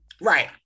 Right